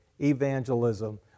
evangelism